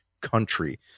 country